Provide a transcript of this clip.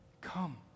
Come